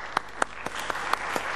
(מחיאות